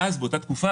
ואז באותה תקופה